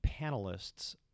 panelists